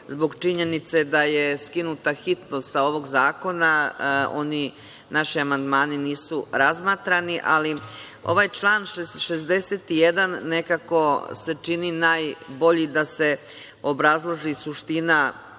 zbog činjenice da je skinuta hitnost sa ovog zakona, naši amandmani nisu razmatrani. Ovaj član 61. nekako se čini najbolji da se obrazloži suština